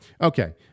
okay